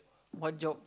what job